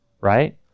right